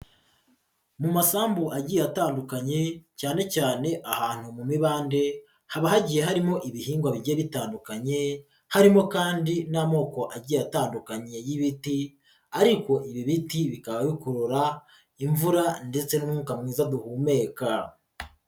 Mu masambu agiye atandukanye, cyane cyane ahantu mu mibande, haba hagiye harimo ibihingwa bigenda bitandukanye, harimo kandi n'amoko agiye atandukanye y'ibiti ariko ibi biti bikaba bikurura imvura ndetse n'umwuka mwiza duhumeka.